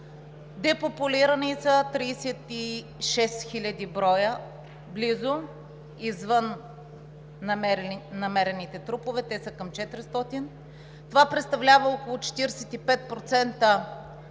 депопулирани са близо 36 хил. броя извън намерените трупове – те са към 400. Това представлява около 45%